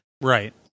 Right